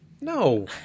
No